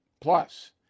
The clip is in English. Plus